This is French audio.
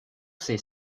ses